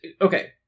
Okay